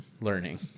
learning